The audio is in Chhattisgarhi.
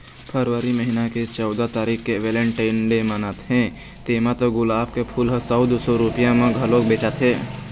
फरवरी महिना के चउदा तारीख के वेलेनटाइन डे मनाथे तेमा तो गुलाब के फूल ह सौ दू सौ रूपिया म घलोक बेचाथे